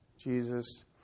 Jesus